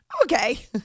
Okay